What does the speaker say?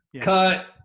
cut